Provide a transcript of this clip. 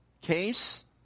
case